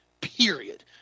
period